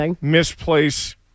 misplace